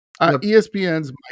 ESPN's